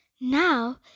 Now